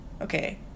okay